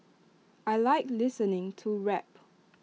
I Like listening to rap